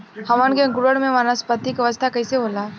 हमन के अंकुरण में वानस्पतिक अवस्था कइसे होला?